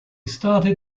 started